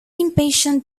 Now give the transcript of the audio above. impatient